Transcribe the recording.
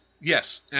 Yes